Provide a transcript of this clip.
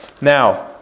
now